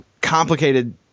complicated